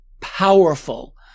powerful